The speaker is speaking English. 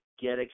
get